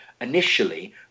initially